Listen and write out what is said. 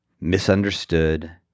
misunderstood